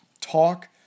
talk